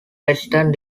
western